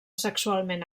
sexualment